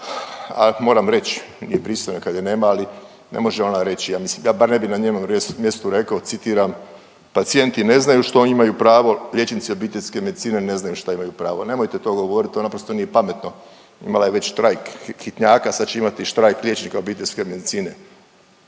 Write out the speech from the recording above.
a moram reć nije pristojno kad je nema, ali ne može ona reći, ja mislim ja barem ne bi na njenom mjestu rekao, citiram „pacijenti ne znaju šta imaju pravo, liječnici obiteljske medicine ne znaju šta imaju pravo“, nemojte to govoriti to naprosto nije pametno, imala je već štrajk hitnjaka, sad će imati štrajk liječnika obiteljske medicine.